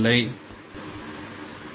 dWdtE